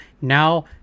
now